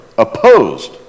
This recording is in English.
Opposed